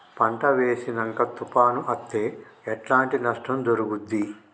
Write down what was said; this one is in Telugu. పంట వేసినంక తుఫాను అత్తే ఎట్లాంటి నష్టం జరుగుద్ది?